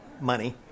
money